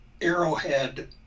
Arrowhead